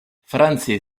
france